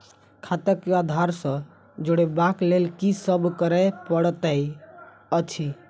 खाता केँ आधार सँ जोड़ेबाक लेल की सब करै पड़तै अछि?